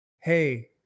Hey